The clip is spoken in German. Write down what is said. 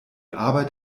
arbeit